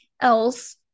else